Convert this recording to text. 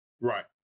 Right